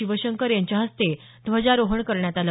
शिवशंकर यांच्या हस्ते ध्वजारोहण करण्यात आलं